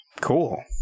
cool